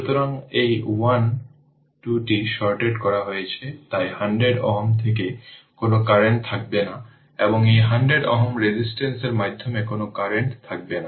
সুতরাং এই 1 2টি শর্টেড করা হয়েছে তাই 100 Ω থেকে কোন কারেন্ট থাকবে না এবং এই 100 Ω রেজিস্ট্যান্সের মাধ্যমে কোন কারেন্ট থাকবে না